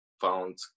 found